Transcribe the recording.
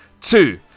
two